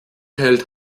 hält